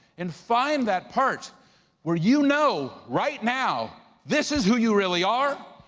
and find that part where you know right now this is who you really are.